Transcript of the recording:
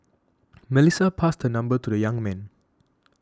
Melissa passed her number to the young man